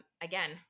again